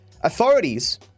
authorities